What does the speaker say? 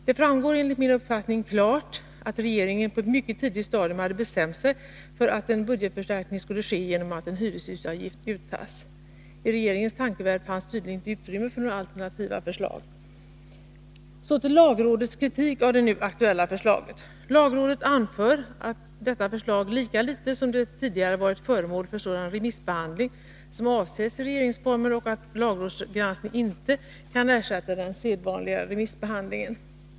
Det framgår enligt min uppfattning klart, att regeringen på ett mycket tidigt stadium hade bestämt sig för att en budgetförstärkning skulle ske genom att en hyreshusavgift uttas. I regeringens tankevärld fanns tydligen inte utrymme för några alternativa förslag. Så till lagrådets kritik av det nu aktuella förslaget. Lagrådet anför att detta förslag, lika litet som det tidigare, varit föremål för sådan remissbehandling som avses i regeringsformen och att lagrådsgranskningen inte kan ersätta den sedvanliga remissbehandlingen.